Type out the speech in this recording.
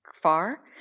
far